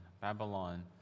babylon